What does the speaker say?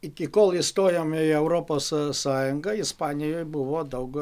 iki kol įstojom į europos sąjungą ispanijoj buvo daug